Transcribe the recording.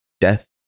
death